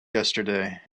yesterday